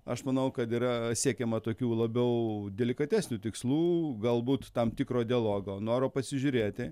aš manau kad yra siekiama tokių labiau delikatesnių tikslų galbūt tam tikro dialogo noro pasižiūrėti